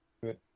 good